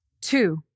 Two